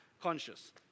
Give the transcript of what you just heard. conscious